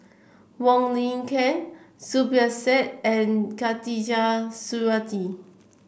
Wong Lin Ken Zubir Said and Khatijah Surattee